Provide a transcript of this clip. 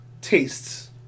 tastes